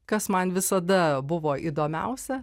kas man visada buvo įdomiausia